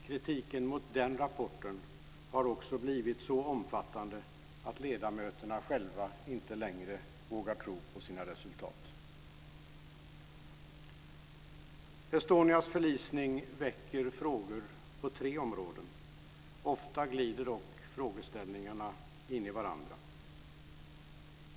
Kritiken mot den rapporten har också blivit så omfattande att ledamöterna själva inte längre vågar tro på sina resultat. Estonias förlisning väcker frågor inom tre områden, ofta glider dock frågeställningarna in i varandra.